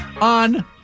on